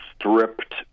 stripped